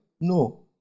No